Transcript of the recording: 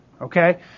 okay